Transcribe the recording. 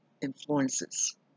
influences